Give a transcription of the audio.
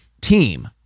team